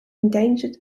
endangered